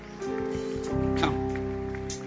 Come